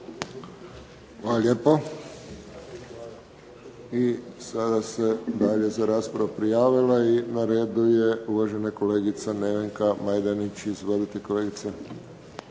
Hvala lijepo. I sada se dalje za raspravu prijavila, i na redu je uvažena kolegica Nevenka Majdenić. Izvolite kolegice.